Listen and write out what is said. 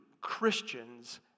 Christians